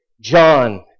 John